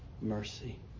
mercy